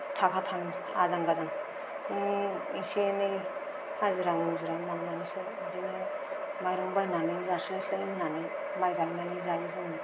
थाखा थाङो आजां गाजां एसे एनै हाजिरा मुजिरा मावनानै सोलियो बिदिनो माइरं बायनानै जास्लायस्लाय होननानै माइ गायनानै जायो जोङो